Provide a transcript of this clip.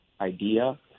idea